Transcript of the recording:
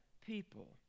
people